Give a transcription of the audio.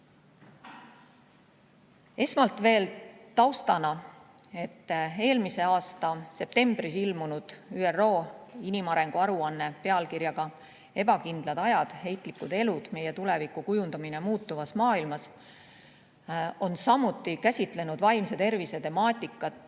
Esmalt veel taustaks, et eelmise aasta septembris ilmunud ÜRO inimarengu aruandes pealkirjaga "Ebakindlad ajad, heitlikud elud. Meie tuleviku kujundamine muutuvas maailmas" on samuti käsitlenud vaimse tervise temaatikat